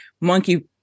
Monkey